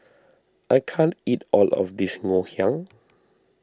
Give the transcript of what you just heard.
I can't eat all of this Ngoh Hiang